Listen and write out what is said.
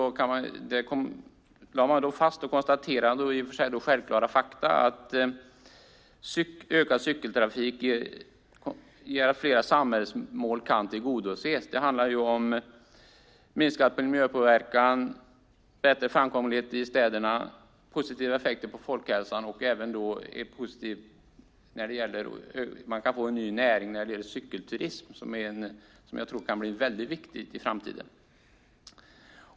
Man konstaterade självklara fakta som att ökad cykeltrafik gör att flera samhällsmål kan tillgodoses. Det handlar om minskad miljöpåverkan, bättre framkomlighet i städerna och positiva effekter på folkhälsan. Dessutom kan vi få en ny näring i form av cykelturism som jag tror kan bli viktig i framtiden.